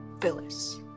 Phyllis